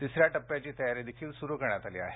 तिसऱ्या टप्प्याची तयारी देखील सुरु करण्यात आली आहे